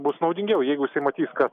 bus naudingiau jeigu jisai matys ka